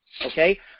okay